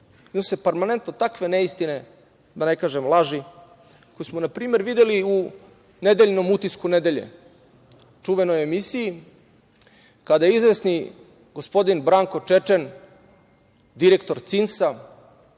iznose permanentno takve neistine, da ne kažem laži, koje smo npr. videli u nedeljnom „Utisku nedelje“, čuvenoj emisiji, kada je izvesni gospodin Branko Čečen, direktor CINS-a,